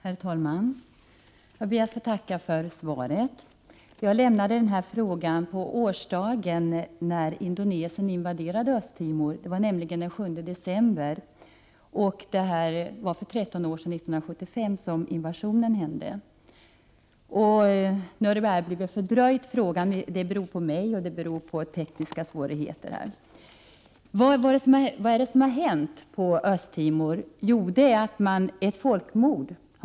Herr talman! Jag ber att få tacka för svaret. Jag lämnade denna fråga på årsdagen av Indonesiens invasion av Östtimor. Östtimor invaderades den 7 december 1975, för 13 år sedan. Att svaret har blivit fördröjt beror bl.a. på mig och på tekniska svårigheter. Det som har hänt på Östtimor är att ett folkmord har skett.